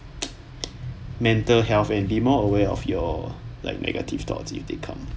mental health and be more aware of your like negative thoughts if they come